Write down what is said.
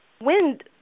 Wind